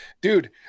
dude